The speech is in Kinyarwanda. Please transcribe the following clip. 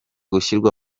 gushyirwa